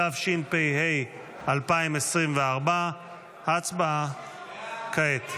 התשפ"ה 2024. הצבעה כעת.